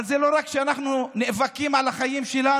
אבל זה לא רק שאנחנו נאבקים על החיים שלנו,